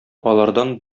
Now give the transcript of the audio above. алардан